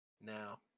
now